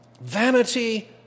vanity